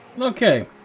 Okay